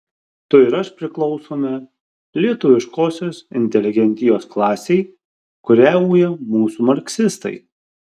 tu ir aš priklausome lietuviškosios inteligentijos klasei kurią uja mūsų marksistai